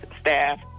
staff